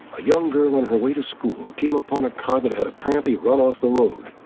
a young girl on her way to school came upon a car that had apparently run off the road.